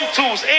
Tools